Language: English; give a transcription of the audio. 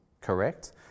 correct